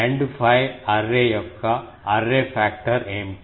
end fire array యొక్క array factor ఏమిటి